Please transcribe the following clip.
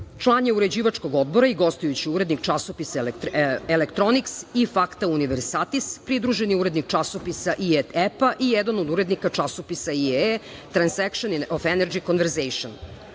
je uređivačkog odbora i gostujući urednik časopisa Elektroniks i Fakta universaktis, pridruženi urednik časopisa ITP i jedan od urednika časopisa IE, Transeksšn of enerdži konverzejšn.